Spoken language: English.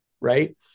right